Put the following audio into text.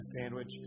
sandwich